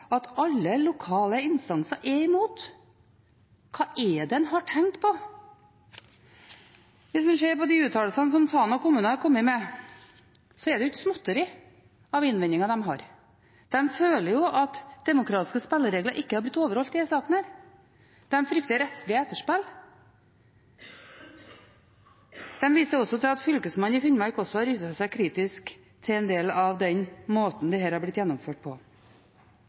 at alle lokale instanser er imot. Hva er det de har tenkt på? Hvis en ser på de uttalelsene som Tana kommune har kommet med, er det ikke småtteri av innvendinger de har. De føler at demokratiske spilleregler ikke har blitt overholdt i denne saken. De frykter rettslige etterspill. De viser også til at fylkesmannen i Finnmark har uttalt seg kritisk til en del av den måten dette har blitt gjennomført på.